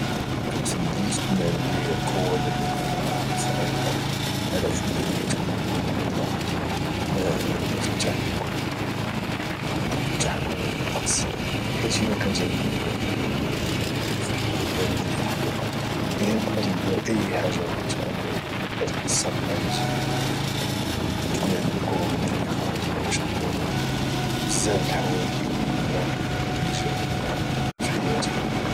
كنفضل تكون عندي قوة بدنية خارقة على انني تكون عندي القدرة في التحكم الطقس حيت الى كانت عندي القدرة بدنية خارقة يعني نقدر ندير اي حاجة بغيتها يعني نقدر نستغل هاد الجانب ديال تكون عندي قوة بدنية خارقة باش ندير بزاف ديال الحوايج اللي هي اجابية في حياتي